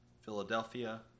Philadelphia